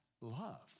love